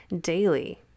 daily